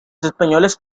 españoles